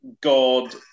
God